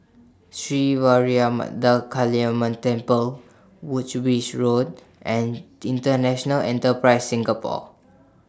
Sri Vairavimada Kaliamman Temple Woolwich Road and International Enterprise Singapore